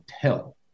tell